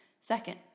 Second